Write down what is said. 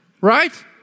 Right